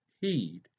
heed